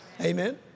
Amen